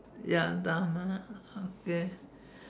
ya drama this kind of thing